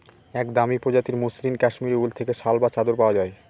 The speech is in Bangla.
এক দামি প্রজাতির মসৃন কাশ্মীরি উল থেকে শাল বা চাদর পাওয়া যায়